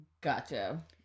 Gotcha